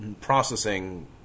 processing